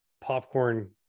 popcorn